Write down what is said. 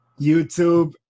YouTube